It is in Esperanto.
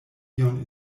ion